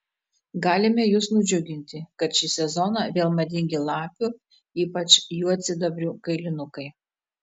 galime jus nudžiuginti kad šį sezoną vėl madingi lapių ypač juodsidabrių kailinukai